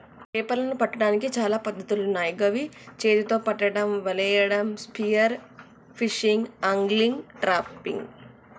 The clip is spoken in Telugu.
చేపలను పట్టడానికి చాలా పద్ధతులున్నాయ్ గవి చేతితొ పట్టడం, వలేయడం, స్పియర్ ఫిషింగ్, ఆంగ్లిగ్, ట్రాపింగ్